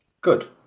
good